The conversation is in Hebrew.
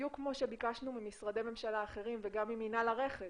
בדיוק כמו שביקשנו ממשרדי ממשלה אחרים וגם ממנהל הרכש